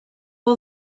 all